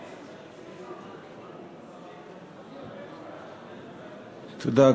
תודה.